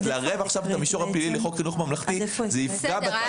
אז לערב עכשיו את המישור הפלילי לחוק חינוך ממלכתי זה יפגע בתהליך.